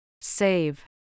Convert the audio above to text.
Save